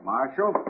Marshal